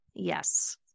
Yes